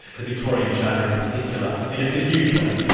the victorian charter in particular, and it's a huge one,